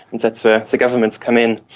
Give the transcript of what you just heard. that's where the governments come in,